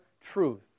truth